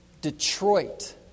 Detroit